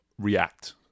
react